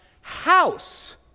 house